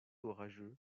orageux